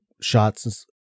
shots